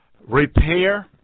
repair